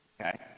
Okay